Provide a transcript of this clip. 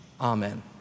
Amen